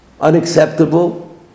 Unacceptable